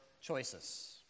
choices